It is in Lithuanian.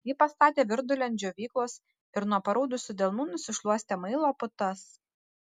ji pastatė virdulį ant džiovyklos ir nuo paraudusių delnų nusišluostė muilo putas